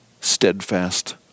steadfast